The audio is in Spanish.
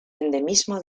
endemismo